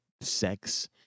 sex